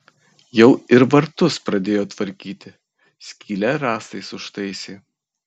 jau ir vartus pradėjo tvarkyti skylę rąstais užtaisė